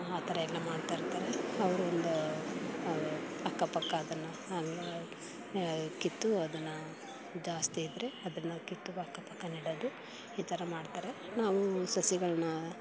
ಆ ಥರಯೆಲ್ಲ ಮಾಡ್ತಾಯಿರ್ತಾರೆ ಅವರು ಒಂದು ಅಕ್ಕಪಕ್ಕ ಅದನ್ನು ಕಿತ್ತು ಅದನ್ನು ಜಾಸ್ತಿ ಇದ್ದರೆ ಅದನ್ನು ಕಿತ್ತು ಅಕ್ಕಪಕ್ಕ ನೆಡೋದು ಈ ಥರ ಮಾಡ್ತಾರೆ ನಾವು ಸಸಿಗಳನ್ನ